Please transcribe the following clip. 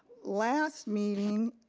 last meeting,